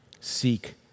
Seek